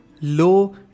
low